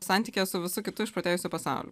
santykyje su visu kitu išprotėjusiu pasauliu